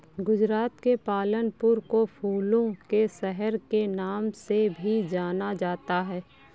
गुजरात के पालनपुर को फूलों के शहर के नाम से भी जाना जाता है